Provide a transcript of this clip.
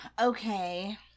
okay